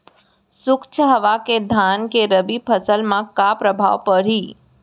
शुष्क हवा के धान के रबि फसल मा का प्रभाव पड़ही?